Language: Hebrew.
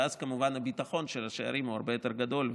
ואז כמובן הביטחון של השערים הוא הרבה יותר גדול,